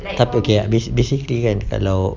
takpe K ah basi~ basically kan kalau